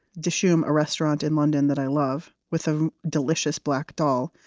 dishoom a restaurant in london that i love, with a delicious black dal